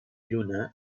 lluna